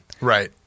Right